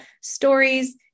stories